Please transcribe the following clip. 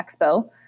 Expo